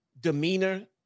demeanor